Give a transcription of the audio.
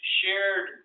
shared